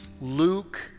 Luke